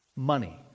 Money